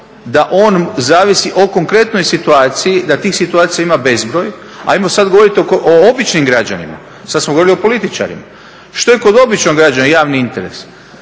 da on zavisi o konkretnoj situaciji da tih situacija ima bezbroj. Ajmo sada govoriti o običnim građanima. Sada smo govorili o političarima. Što je kod običnog građanina javni interes?